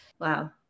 wow